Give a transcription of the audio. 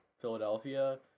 Philadelphia